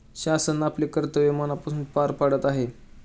शासन आपले कर्तव्य मनापासून पार पाडत आहे